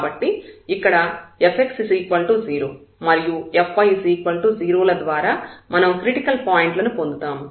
కాబట్టి ఇక్కడ fx0 మరియు fy0 ల ద్వారా మనం క్రిటికల్ పాయింట్లను పొందుతాము